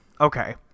okay